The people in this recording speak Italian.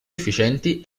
efficienti